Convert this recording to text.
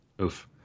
Oof